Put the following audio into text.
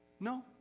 No